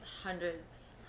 hundreds